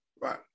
right